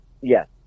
Yes